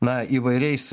na įvairiais